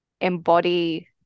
embody